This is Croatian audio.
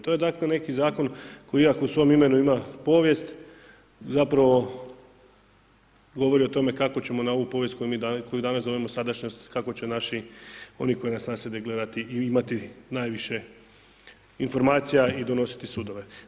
To je dakle neki zakon koji iako u svom imenu ima povijest, zapravo govori o tome kako ćemo na ovu povijest koju danas zovemo sadašnjost, kako će naši, oni koji … na sebe gledati i imati najviše informacija i donositi sudove.